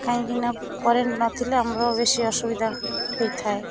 କାହିଁକିନା କରେଣ୍ଟ ନଥିଲେ ଆମର ବେଶୀ ଅସୁବିଧା ହେଇଥାଏ